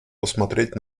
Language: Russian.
посмотреть